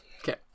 Okay